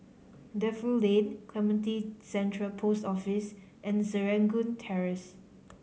Defu Lane Clementi Central Post Office and Serangoon Terrace